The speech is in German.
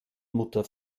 mutter